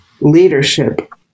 leadership